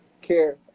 care